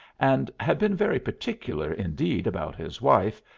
and had been very particular indeed about his wife,